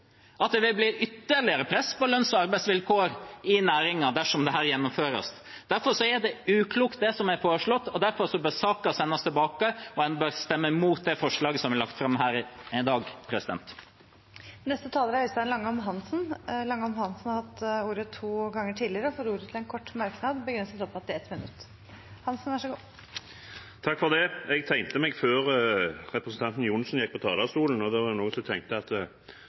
dersom dette gjennomføres. Derfor er det uklokt det som er foreslått, derfor bør saken sendes tilbake, og man bør stemme mot det forslaget til vedtak som er lagt fram her i dag. Representanten Øystein Langholm Hansen har hatt ordet to ganger tidligere og får ordet til en kort merknad, begrenset til 1 minutt. Jeg tegnet meg før representanten Johnsen gikk på talerstolen, og da var det noen som tenkte